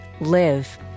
Live